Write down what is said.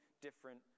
different